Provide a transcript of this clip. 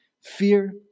fear